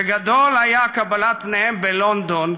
וגדול היה קבלת פניהם בלונדון,